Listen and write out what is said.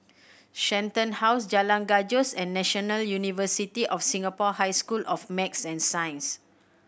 Shenton House Jalan Gajus and National University of Singapore High School of Math and Science